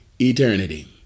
eternity